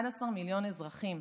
11 מיליון אזרחים.